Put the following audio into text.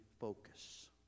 focus